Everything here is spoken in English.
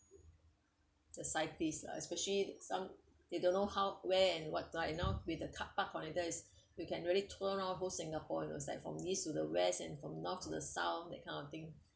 the cyclist lah especially some they don't know how where and what like you know with a car park connector is we can really tour around whole singapore you know it's like from east to the west and from north to the south that kind of thing